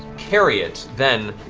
carry it then,